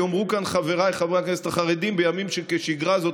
יאמרו כאן חבריי חברי הכנסת החרדיים שבימים של שגרה זו